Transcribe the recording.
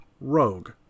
Rogue